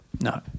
No